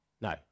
No